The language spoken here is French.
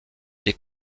des